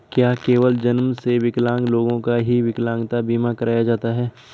क्या केवल जन्म से विकलांग लोगों का ही विकलांगता बीमा कराया जाता है?